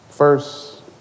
First